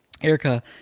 Erica